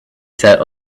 sat